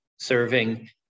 serving